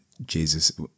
Jesus